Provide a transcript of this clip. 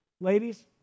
Ladies